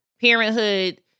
parenthood